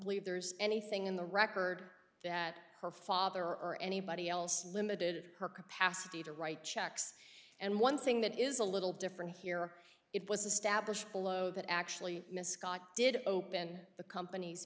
believe there's anything in the record that her father or anybody else limited her capacity to write checks and one thing that is a little different here it was established below that actually misc aat did open the company's